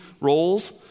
roles